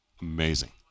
amazing